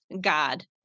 god